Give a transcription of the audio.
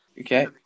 okay